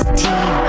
team